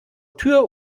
tür